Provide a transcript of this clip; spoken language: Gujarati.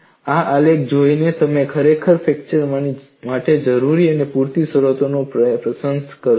આ આલેખ જોઈને તમે ખરેખર ફ્રેક્ચર માટે જરૂરી અને પૂરતી શરતોની પ્રશંસા કરશો